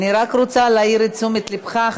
אני רק רוצה להעיר את תשומת לבך,